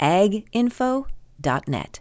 aginfo.net